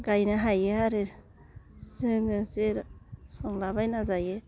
गायनो हायो आरो जोङो जेर संलाबायना जायो